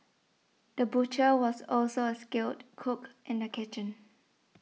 the butcher was also a skilled cook in the kitchen